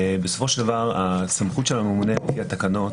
בסופו של דבר הסמכות של הממונה לפי התקנות